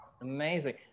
amazing